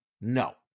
No